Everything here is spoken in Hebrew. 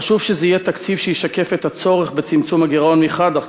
חשוב שזה יהיה תקציב שישקף את הצורך בצמצום הגירעון מחד גיסא,